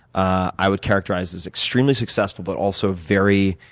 i would characterize as extremely successful, but also very